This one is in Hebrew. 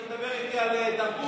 אתה מדבר איתי על תרבות?